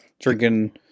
drinking